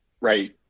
Right